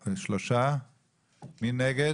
3. מי נגד?